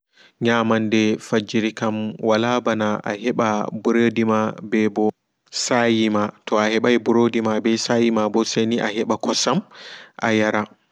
Nyamande fajiri kam wala ɓana aheɓa ɓuretima ɓeɓo sayima toa heɓai ɓurodima ɓe sayima ɓo seni aheɓa kosam ayara.